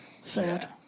sad